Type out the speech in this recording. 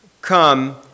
come